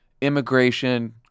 immigration